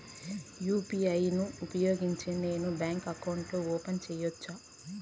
UPI ను ఉపయోగించి నేను బ్యాంకు అకౌంట్ ఓపెన్ సేయొచ్చా?